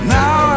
now